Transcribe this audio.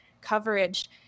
coverage